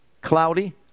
cloudy